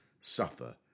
suffer